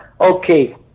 Okay